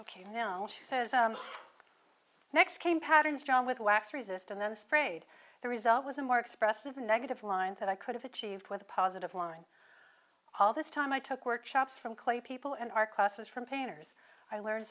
ok now she says next came patterns drawn with wax resist and then sprayed the result was a more expressive negative line that i could have achieved with a positive line all this time i took workshops from clay people in our classes from painters i learned